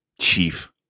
Chief